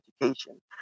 education